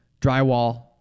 drywall